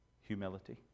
Humility